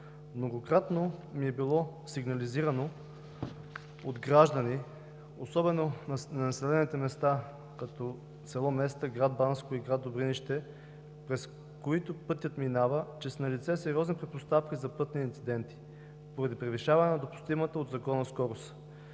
многократно ми е било сигнализирано от граждани, особено от населените места село Места, град Банско и град Добринище, през които пътят минава, че са налице сериозни предпоставки за пътни инциденти поради превишаване на допустимата от закона скорост,